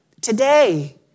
today